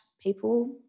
people